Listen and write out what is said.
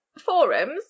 forums